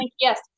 yes